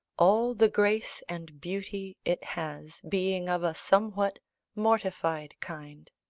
all the grace and beauty it has being of a somewhat mortified kind.